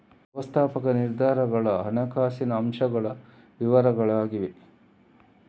ವ್ಯವಸ್ಥಾಪಕ ನಿರ್ಧಾರಗಳ ಹಣಕಾಸಿನ ಅಂಶಗಳ ವಿವರಗಳಾಗಿವೆ